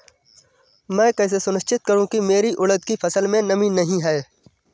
मैं कैसे सुनिश्चित करूँ की मेरी उड़द की फसल में नमी नहीं है?